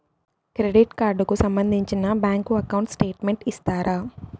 Credit card కు సంబంధించిన bank account statement ఇస్తారా?